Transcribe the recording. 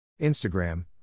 Instagram